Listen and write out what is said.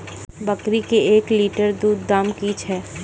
बकरी के एक लिटर दूध दाम कि छ?